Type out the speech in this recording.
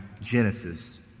Genesis